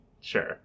sure